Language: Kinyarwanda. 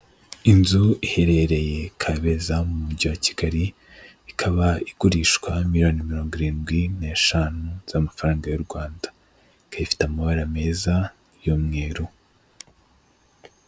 Inzu iherereye Kabeza mu mujyi wa Kigali ikaba igurishwa miliyoni mirongo irindwi n'eshanu, z'amafaranga y'u Rwanda ika ifite amabara meza y'umweru.